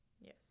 Yes